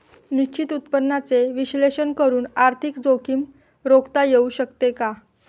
निश्चित उत्पन्नाचे विश्लेषण करून आर्थिक जोखीम रोखता येऊ शकते का?